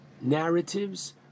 narratives